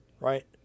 right